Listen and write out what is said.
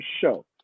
show